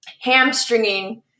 hamstringing